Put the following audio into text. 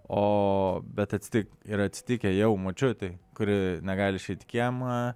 o bet atsitiko yra atsitikę jau močiutei kuri negali išeit į kiemą